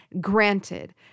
Granted